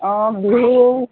অঁ বিহু